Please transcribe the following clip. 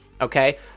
Okay